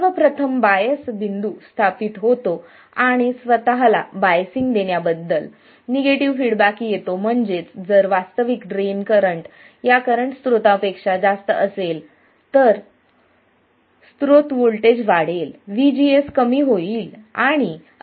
सर्वप्रथम बायस बिंदू स्थापित होतो आणि स्वतःला बायसिंग देण्याबद्दल निगेटिव्ह फीडबॅक येतो म्हणजेच जर वास्तविक ड्रेन करंट या करंट स्त्रोतापेक्षा जास्त असेल तर स्त्रोत व्होल्टेज वाढेल VGS कमी होईल